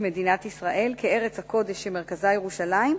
מדינת ישראל כארץ הקודש שמרכזה ירושלים,